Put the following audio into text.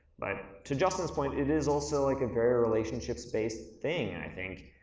but to justin's point, it is also like a very relationships-based thing. and i think,